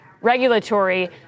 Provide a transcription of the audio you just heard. regulatory